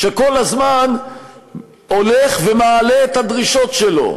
שכל הזמן הולך ומעלה את הדרישות שלו.